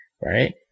Right